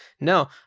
no